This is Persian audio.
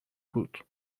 بود